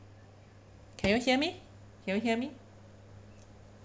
can you hear me can you hear me